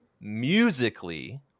musically